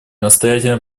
настоятельно